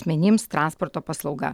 asmenims transporto paslauga